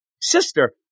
sister